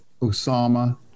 osama